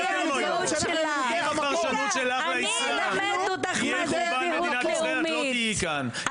אם הפרשנות שלך לאסלאם -- תהיה חורבן מדינת ישראל את לא תהיי כאן,